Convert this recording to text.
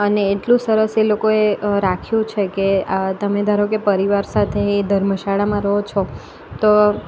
અને એટલું સરસ એ લોકોએ રાખ્યું છે કે આ તમે ધારો કે પરિવાર સાથે એ ધર્મશાળામાં રહો છો તો